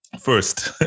first